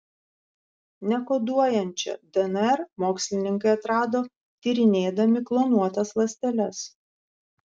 nekoduojančią dnr mokslininkai atrado tyrinėdami klonuotas ląsteles